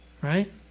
Right